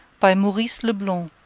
by maurice leblanc